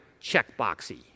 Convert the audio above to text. checkboxy